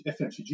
FMCG